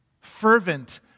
Fervent